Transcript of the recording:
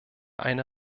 eine